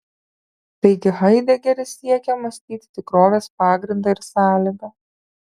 taigi haidegeris siekia mąstyti tikrovės pagrindą ir sąlygą